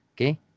Okay